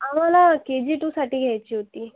आम्हाला K G टूसाठी घ्यायची होती